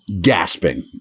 gasping